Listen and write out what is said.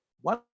One